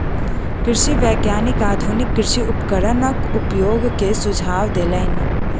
कृषि वैज्ञानिक आधुनिक कृषि उपकरणक उपयोग के सुझाव देलैन